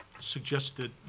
suggested